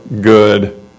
good